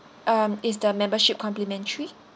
um is the membership complimentary